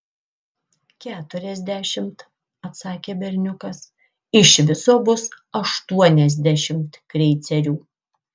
keturiasdešimt atsakė berniukas iš viso bus aštuoniasdešimt kreicerių